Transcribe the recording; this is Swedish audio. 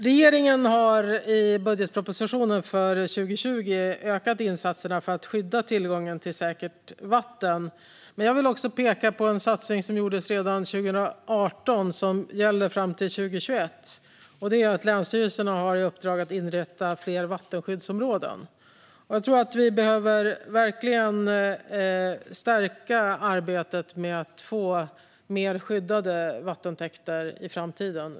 Regeringen har i budgetpropositionen för 2020 ökat insatserna för att skydda tillgången till säkert vatten. Men jag vill också peka på en satsning som gjordes redan 2018 och gäller fram till 2021, nämligen att länsstyrelserna har fått i uppdrag att inrätta fler vattenskyddsområden. Jag tror att vi verkligen behöver stärka arbetet med att få fler skyddade vattentäkter i framtiden.